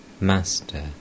Master